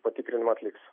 patikrinimą atliks